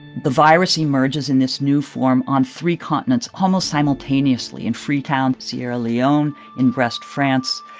the virus emerges in this new form on three continents almost simultaneously in freetown, sierra leone, in brest, france,